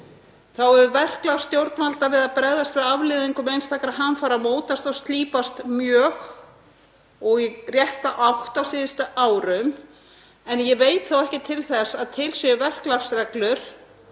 Þá hefur verklag stjórnvalda við að bregðast við afleiðingum einstakra hamfara mótast og slípast mjög og í rétta átt á síðustu árum en ég veit þó ekki til þess að til séu verklagsreglur